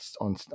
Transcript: on